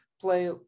play